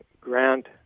Grant